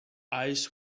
eyes